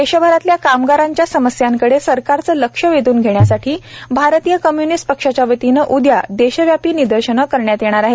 देशभरातल्या कामगारांच्या समस्यांकडे सरकारचं लक्ष वेधन घेण्यासाठी भारतीय कम्य्निस्ट पक्षाच्यावतीने उदया देशव्यापी निदर्शनं करण्यात येणार आहेत